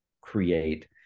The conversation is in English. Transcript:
create